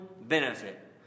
benefit